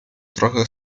trochę